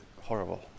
horrible